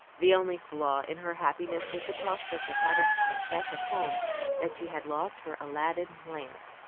the only flaw in her happiness was the prospect of having to confess at home that she had lost her aladdin lamp.